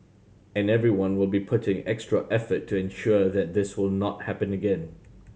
and everyone will be putting extra effort to ensure that this will not happen again